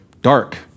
dark